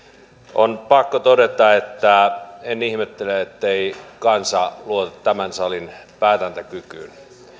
on pakko todeta että en ihmettele ettei kansa luota tämän salin päätäntäkykyyn